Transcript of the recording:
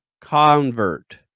convert